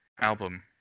album